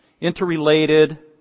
Interrelated